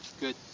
good